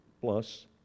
plus